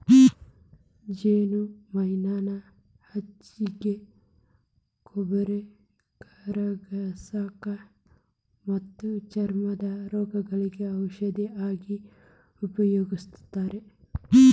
ಜೇನುಮೇಣಾನ ಹೆಚ್ಚಾಗಿ ಕೊಬ್ಬ ಕರಗಸಾಕ ಮತ್ತ ಚರ್ಮದ ರೋಗಗಳಿಗೆ ಔಷದ ಆಗಿ ಉಪಯೋಗಸ್ತಾರ